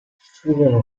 furono